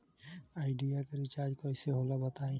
Idea के recharge कइसे होला बताई?